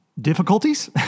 difficulties